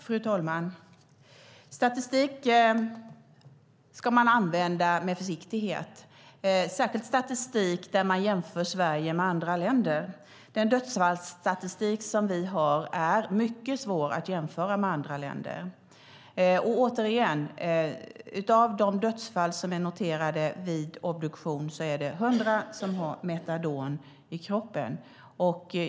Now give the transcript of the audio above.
Fru talman! Statistik ska man använda med försiktighet. Det gäller särskilt statistik där man jämför Sverige med andra länder. Den dödsfallsstatistik som vi har är mycket svår att jämföra med andra länders. Av de dödsfall som är noterade är det vid obduktion 100 som har metadon i kroppen.